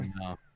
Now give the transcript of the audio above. no